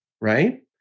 right